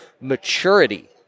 maturity